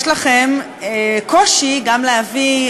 יש לכם קושי גם להביא,